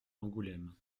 angoulême